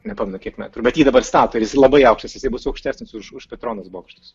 nepamenu kiek metrų bet jį dabar stato ir jis labai aukštas jisai bus aukštesnis už petronos bokštus